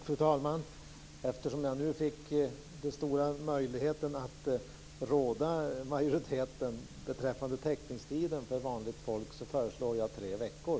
Fru talman! Eftersom jag nu fick den stora möjligheten att råda majoriteten beträffande teckningstiden för vanligt folk, föreslår jag tre veckor.